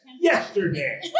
yesterday